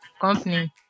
company